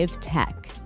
tech